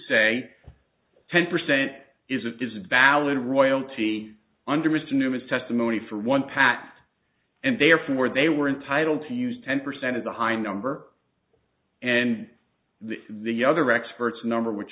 say ten percent is it is a valid royalty under mr newman's testimony for one pact and therefore they were entitled to use ten percent of the high number and the other experts number which